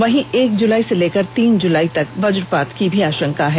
वहीं एक जुलाई से लेकर तीन जुलाई तक वज्रपात की भी आशंका है